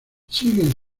siguen